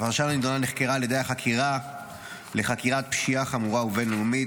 הפרשה הנדונה נחקרה על ידי היחידה לחקירת פשיעה חמורה ובין-לאומית